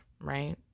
right